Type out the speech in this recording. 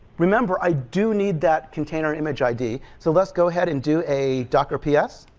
remember, i do need that container image id, so let's go ahead and do a docker ps,